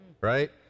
right